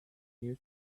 you